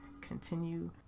continue